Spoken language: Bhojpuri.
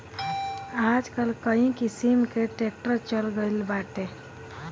आजकल कई किसिम कअ ट्रैक्टर चल गइल बाटे